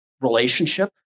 relationship